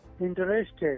interested